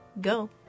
Go